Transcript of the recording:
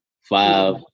five